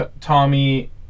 Tommy